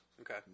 Okay